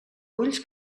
ulls